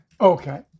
Okay